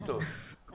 גם